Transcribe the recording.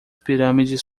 pirâmides